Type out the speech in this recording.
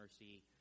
mercy